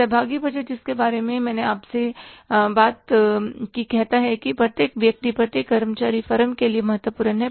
सहभागी बजट जिसके बारे में मैंने अभी आपसे बात की कहता है कि प्रत्येक व्यक्ति प्रत्येक कर्मचारी फर्म के लिए महत्वपूर्ण है